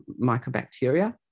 mycobacteria